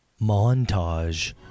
montage